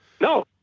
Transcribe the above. No